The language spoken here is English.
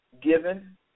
given